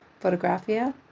Photographia